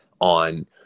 on